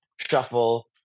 shuffle